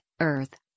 earth